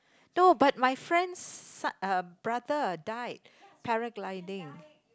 no but my friend's uh brother died paragliding